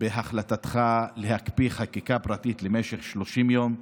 בהחלטתך להקפיא חקיקה פרטית למשך 30 יום.